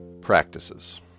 practices